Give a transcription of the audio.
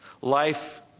Life